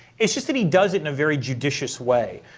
it's just that he does it in a very judicious way.